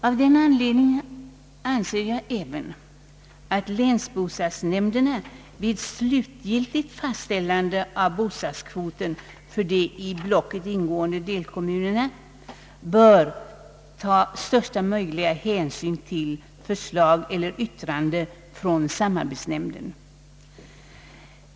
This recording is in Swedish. Av den anledningen anser jag även att länsbostadsnämnderna vid slutgiltigt fastställande av bostadsbyggnadskvoter för de i blocket ingående delkommunerna bör ta största möjliga hänsyn till förslag eller yttranden från samarbetsnämnden.